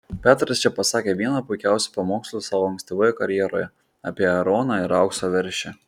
petras čia pasakė vieną puikiausių pamokslų savo ankstyvoje karjeroje apie aaroną ir aukso veršį